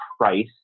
price